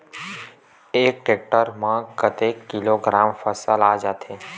एक टेक्टर में कतेक किलोग्राम फसल आता है?